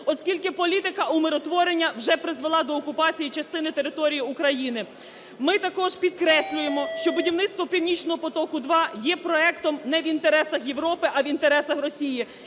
оскільки політика умиротворення вже призвела до окупації частини території України. Ми також підкреслюємо, що будівництво "Північного потоку-2" є проектом не в інтересах Європи, а в інтересах Росії,